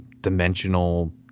dimensional